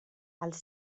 els